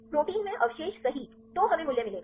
protein में अवशेष सही तो हमें मूल्य मिलेगा